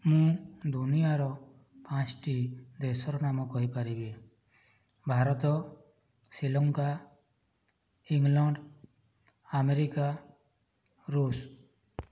ମୁଁ ଦୁନିଆର ପାଞ୍ଚଟି ଦେଶର ନାମ କହିପାରିବି ଭାରତ ଶ୍ରୀଲଙ୍କା ଇଂଲଣ୍ଡ ଆମେରିକା ଋଷ